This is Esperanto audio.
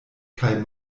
kaj